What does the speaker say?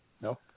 No